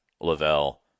Lavelle